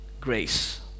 grace